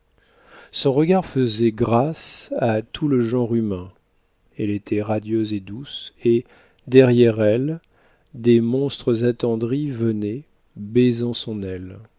son regard faisait grâce à tout le genre humain elle était radieuse et douce et derrière elle des monstres attendris venaient baisant son aile